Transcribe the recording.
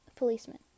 Policeman